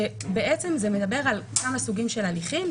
שבעצם זה מדבר על כמה סוגים של הליכים,